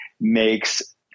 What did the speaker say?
makes